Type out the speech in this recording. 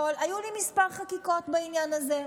תקשיב, קודם כול היו לי מספר חקיקות בעניין הזה.